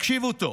תקשיבו טוב: